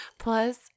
Plus